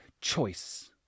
choice